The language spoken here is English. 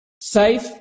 safe